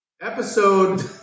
Episode